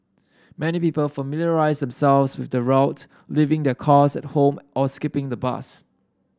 many people familiarised themselves with the route leaving their cars at home or skipping the bus